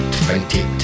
twenty